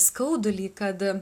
skaudulį kad